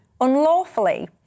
unlawfully